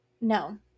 no